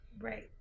Right